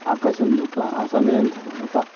ఆకాశం యొక్క ఆ సమయం తర్వాత